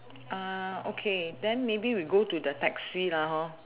uh okay then maybe we go to the taxi lah hor